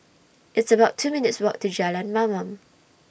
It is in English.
It's about two minutes' Walk to Jalan Mamam